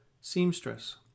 Seamstress